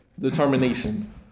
determination